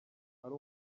ari